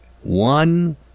one